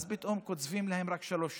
פתאום קוצבים להם רק שלוש שנים.